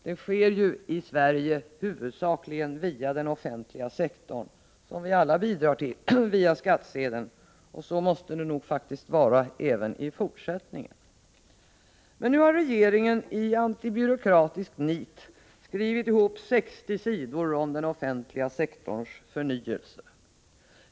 Det sker ju i Sverige huvudsakligen via den offentliga sektorn, som vi alla bidrar till via skattsedel. Så måste det nog faktiskt vara även i fortsättningen. Nu har emellertid regeringen i antibyråkratisk nit skrivit ihop sextio sidor om den offentliga sektorns förnyelse.